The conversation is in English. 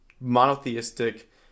monotheistic